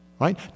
Right